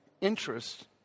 interest